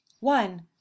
One